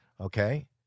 Okay